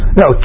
no